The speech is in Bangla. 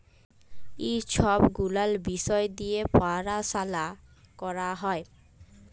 ই ছব গুলাল বিষয় দিঁয়ে পরাশলা ক্যরা হ্যয়